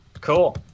Cool